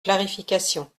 clarification